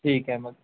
ठीक आहे मग